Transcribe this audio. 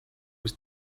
was